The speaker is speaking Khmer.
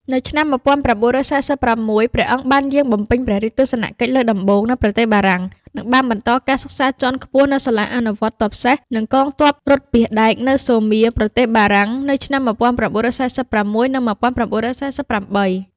នៅឆ្នាំ១៩៤៦ ព្រះអង្គបានយាងបំពេញព្រះរាជទស្សនកិច្ចលើកដំបូងនៅប្រទេសបារាំង និងបានបន្តការសិក្សាជាន់ខ្ពស់នៅសាលាអនុវត្តទ័ពសេះ និងកងទ័ពរថពាសដែកនៅ សូមៀរ ប្រទេសបារាំង នៅឆ្នាំ១៩៤៦ និង១៩៤៨។